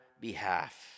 behalf